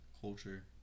culture